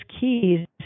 keys